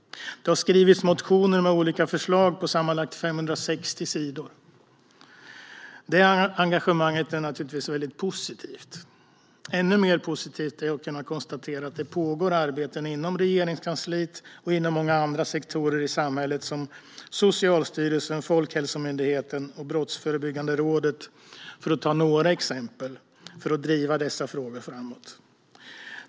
Det har skrivits motioner med olika förslag på sammanlagt 560 sidor. Det engagemanget är naturligtvis väldigt positivt. Ännu mer positivt är att kunna konstatera att det pågår arbeten inom Regeringskansliet och inom många andra sektorer i samhället, som till exempel Socialstyrelsen, Folkhälsomyndigheten och Brottsförebyggande rådet, för att driva dessa frågor framåt.